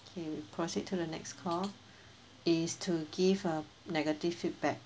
okay proceed to the next call is to give a negative feedback